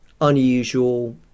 unusual